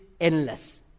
endless